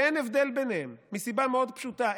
ואין הבדל ביניהם מסיבה מאוד פשוטה,